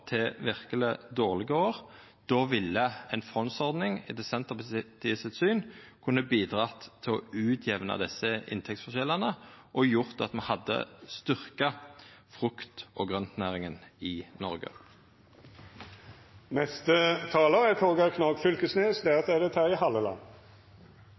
til verkeleg dårlege år. Då ville ei fondsordning etter Senterpartiets syn kunna bidra til å utjamna desse inntektsforskjellane og gjort at me hadde styrkt frukt- og grøntnæringa i Noreg. Eit trekk ved denne debatten er